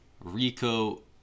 Rico